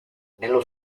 nello